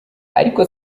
ariko